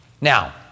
Now